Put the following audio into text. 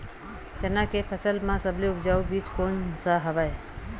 चना के फसल म सबले उपजाऊ बीज कोन स हवय?